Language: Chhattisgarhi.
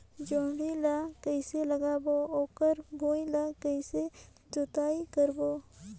जोणी ला कइसे लगाबो ओकर भुईं ला कइसे जोताई करबो?